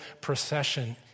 procession